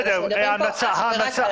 אנחנו מדברים פה על המלצות.